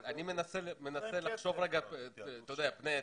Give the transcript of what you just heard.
אני מנסה לחשוב צופה פני עתיד.